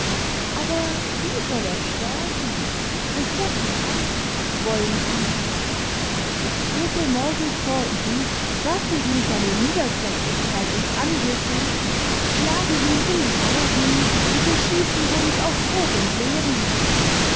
aber wie soll er sterben durch wessen hand wollen sie ich trete morgen vor ihn werfe ihm seine niederträchtigkeit in's angesicht schlage ihn in die augen und wir schießen uns auf tod und leben